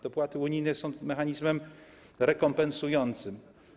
Dopłaty unijne są mechanizmem rekompensującym.